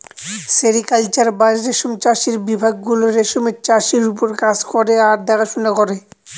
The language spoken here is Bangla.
সেরিকালচার বা রেশম চাষের বিভাগ গুলো রেশমের চাষের ওপর কাজ করে আর দেখাশোনা করে